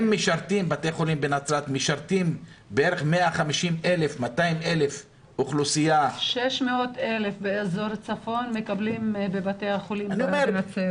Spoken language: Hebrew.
בתי החולים בנצרת משרתים בערך 150,000 200,000. 600,000 באזור הצפון מקבלים בבתי החולים בנצרת.